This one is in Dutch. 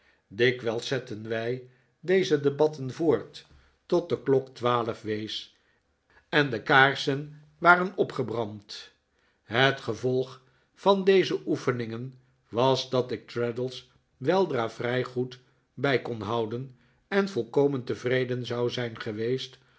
dikwijls zetten wij deze debatten voort tot de klok twaalf wees en de kaarsen in de pijp waren gebrand het gevolg van deze oefeningen was dat ik traddles weldra vrij goed bij kon houden en volkomen tevreden zou zijn geweest